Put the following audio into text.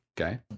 Okay